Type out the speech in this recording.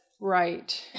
right